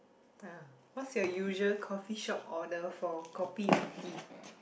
ah what's your usual coffee shop order for kopi or tea